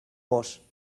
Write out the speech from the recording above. vós